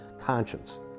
conscience